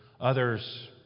Others